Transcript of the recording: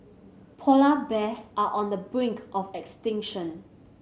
polar bears are on the brink of extinction